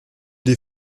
des